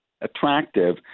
attractive